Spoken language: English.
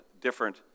different